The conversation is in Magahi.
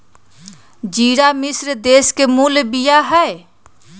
ज़िरा मिश्र देश के मूल बिया हइ